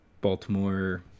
Baltimore